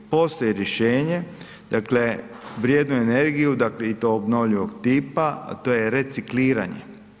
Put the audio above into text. Postoji rješenje, dakle vrijednu energiju i to obnovljivog tipa, a to je recikliranje.